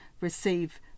receive